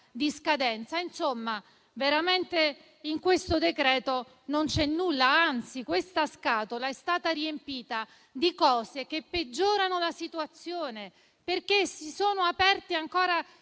di scadenza. Insomma, veramente nel decreto-legge non c'è nulla, anzi questa scatola è stata riempita di cose che peggiorano la situazione, perché, con qualche